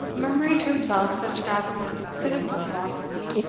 murmuring to himself such scraps of cynical philosophy,